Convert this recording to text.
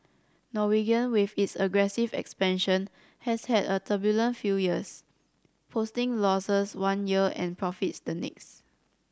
Norwegian with its aggressive expansion has had a turbulent few years posting losses one year and profits the next